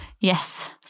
Yes